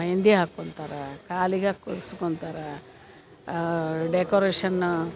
ಮೆಹೆಂದಿ ಹಾಕೊಂತಾರೆ ಕಾಲಿಗೆ ಹಾಕುಸ್ಕೊಂತಾರ ಡೆಕೋರೇಷನ್